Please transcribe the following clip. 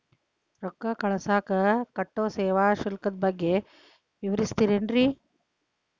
ರೊಕ್ಕ ಕಳಸಾಕ್ ಕಟ್ಟೋ ಸೇವಾ ಶುಲ್ಕದ ಬಗ್ಗೆ ವಿವರಿಸ್ತಿರೇನ್ರಿ?